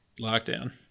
lockdown